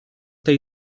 tej